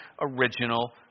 original